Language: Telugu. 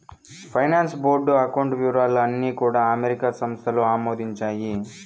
ఫైనాన్స్ బోర్డు అకౌంట్ వివరాలు అన్నీ కూడా అమెరికా సంస్థలు ఆమోదించాయి